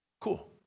Cool